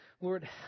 Lord